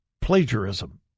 plagiarism